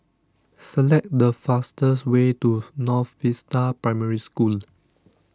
select the fastest way to North Vista Primary School